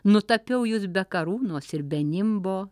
nutapiau jus be karūnos ir be nimbo